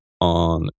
on